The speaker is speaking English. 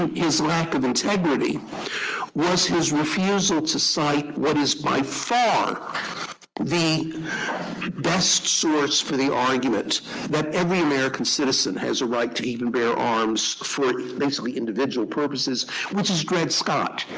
and his lack of integrity was his refusal to cite what is by far the best source for the argument that but every american citizen has a right to keep and bear arms, for basically individual purposes which is dred scott.